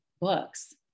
books